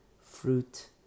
Fruit